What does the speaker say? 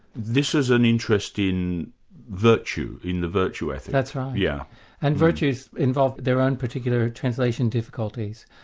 this is an interest in virtue, in the virtue ethics. that's right. yeah and virtues involve their own particular translation difficulties.